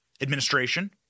administration